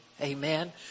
Amen